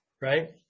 right